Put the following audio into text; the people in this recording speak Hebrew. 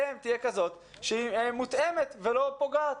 ההתייחסות אליהם תהיה כזאת מותאמת ולא פוגעת.